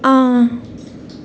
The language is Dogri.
हां